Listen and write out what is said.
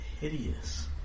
hideous